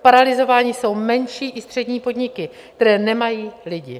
Paralyzovány jsou menší i střední podniky, které nemají lidi.